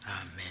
Amen